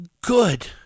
good